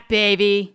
baby